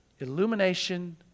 Illumination